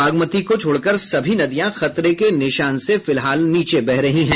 बागमती को छोड़कर सभी नदियां खतरे के निशान से नीचे बह रही है